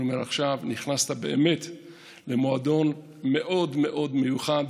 אני אומר עכשיו: נכנסת באמת למועדון מאוד מאוד מיוחד,